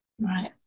Right